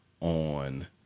on